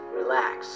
relax